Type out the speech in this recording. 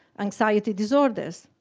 anxiety disorders,